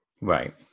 Right